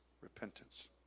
Repentance